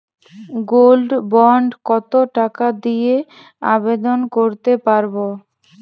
Gold bond কত টাকা দিয়ে আবেদন করতে পারবো?